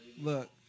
Look